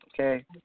Okay